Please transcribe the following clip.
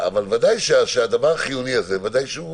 אבל ודאי שהדבר החיוני הזה, ודאי שהוא